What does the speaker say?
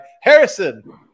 harrison